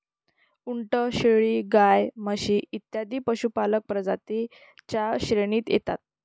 उंट, शेळी, गाय, म्हशी इत्यादी पशुपालक प्रजातीं च्या श्रेणीत येतात